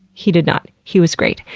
he did not. he was great.